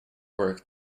work